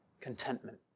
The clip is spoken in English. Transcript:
contentment